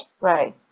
Right